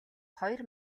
хоёр